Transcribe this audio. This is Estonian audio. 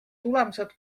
tulemused